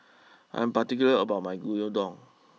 I am particular about my Gyudon